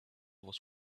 was